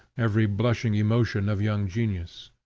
every blushing emotion of young genius.